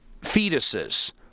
fetuses